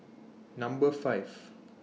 Number five